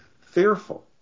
fearful